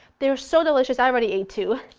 they're so delicious, i already ate two!